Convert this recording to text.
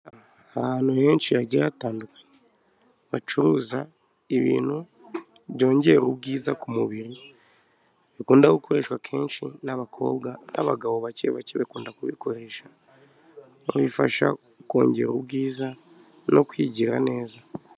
Ahantu henshi hagiye hatandukanye bacuruza ibintu byongera ubwiza ku mubiri bikunda gukoreshwa kenshi n'abakobwa n'abagabo bake bake bakunda kubikoresha mu bifasha kongera ubwiza no kwigira neza.